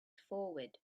forward